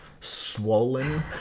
swollen